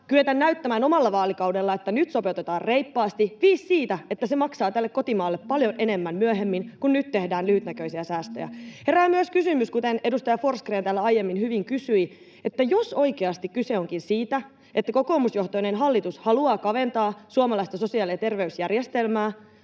kyetä näyttämään omalla vaalikaudella, että nyt sopeutetaan reippaasti — viis siitä, että se maksaa tälle kotimaalle paljon enemmän myöhemmin, kun nyt tehdään lyhytnäköisiä säästöjä. Herää myös kysymys, kuten edustaja Forsgrén täällä aiemmin hyvin kysyi, että jos oikeasti kyse onkin siitä, että kokoomusjohtoinen hallitus haluaa kaventaa suomalaista sosiaali- ja terveysjärjestelmää,